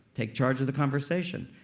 take charge of the conversation.